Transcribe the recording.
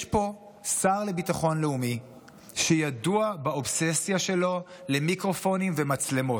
יש פה שר לביטחון לאומי שידוע באובססיה שלו למיקרופונים ומצלמות.